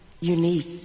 unique